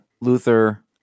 Luther